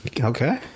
Okay